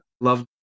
love